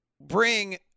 bring